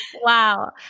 Wow